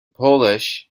polish